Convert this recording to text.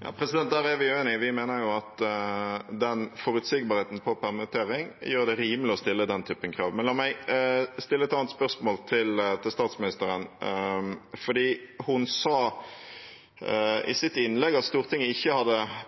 Der er vi uenige. Vi mener at den forutsigbarheten for permittering gjør det rimelig å stille den typen krav. Men la meg stille et annet spørsmål til statsministeren. Hun sa i sitt innlegg at Stortinget ikke hadde